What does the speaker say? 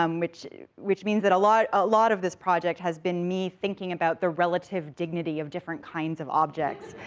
um which which means that a lot ah lot of this project has been me thinking about the relative dignity of different kinds of objects.